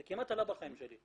זה כמעט עלה לי בחיים שלי.